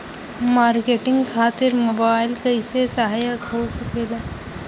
Marketing खातिर mobile कइसे सहायक हो सकेला?